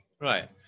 Right